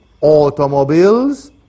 automobiles